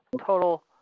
total